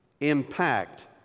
impact